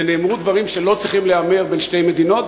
ונאמרו דברים שלא צריכים להיאמר בין שתי מדינות,